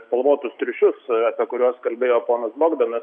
spalvotus triušius apie kuriuos kalbėjo ponas bogdanas